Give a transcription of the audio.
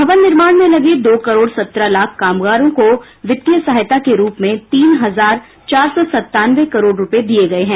भवन निर्माण में लगे दो करोड़ सत्रह लाख कामगारों को वित्तीय सहायता के रूप में तीन हजार चार सौ संतानवे करोड़ रूपये दिये गये हैं